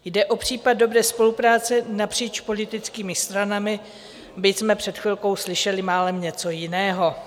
Jde o případ dobré spolupráce napříč politickými stranami, byť jsme před chvilkou slyšeli málem něco jiného.